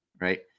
right